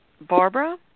Barbara